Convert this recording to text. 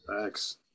Thanks